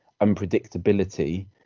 unpredictability